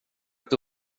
att